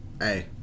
hey